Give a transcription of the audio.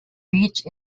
beach